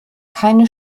keine